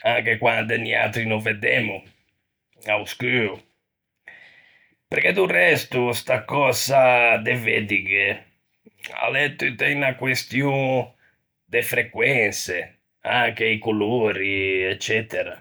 anche quande niatri no veddemmo, a-o scuo, perché do resto sta cösa de veddighe l'é tutta unna question de frequense, anche i colori, eccetera.